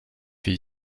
fais